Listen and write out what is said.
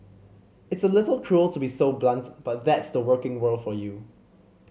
it's a little cruel to be so blunt but that's the working world for you